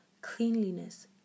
Cleanliness